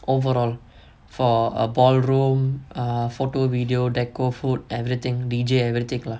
overall for a ball room a photo video decor food everything D_J and everything lah